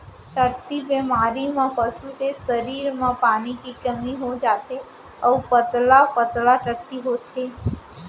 टट्टी बेमारी म पसू के सरीर म पानी के कमी हो जाथे अउ पतला पतला टट्टी होथे